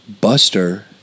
Buster